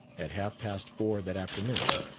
at half past four that afternoon,